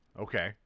Okay